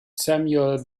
samuel